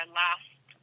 last